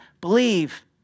believe